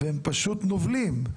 והם פשוט נובלים.